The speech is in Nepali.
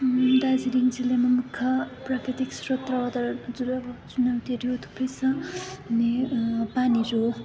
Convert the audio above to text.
दार्जिलिङ जिल्लामा मुख्य प्राकृतिक स्रोत अथवा चुनौतीहरू थुप्रै छ अनि पानीहरू